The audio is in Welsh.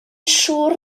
siŵr